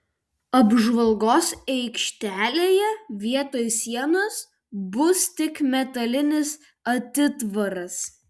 apžvalgos aikštelėje vietoj sienos bus tik metalinis atitvaras